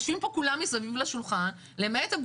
התכנון של הקמת התחנות מתקדם כאילו אין התנגדות של רשויות של אזרחים,